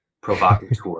Provocateur